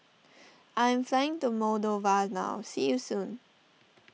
I am flying to Moldova now see you soon